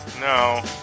No